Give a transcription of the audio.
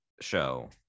show